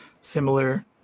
similar